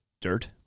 dirt